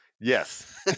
Yes